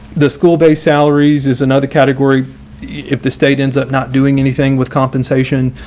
the school base salaries is another category if the state ends up not doing anything with compensation,